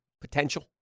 Potential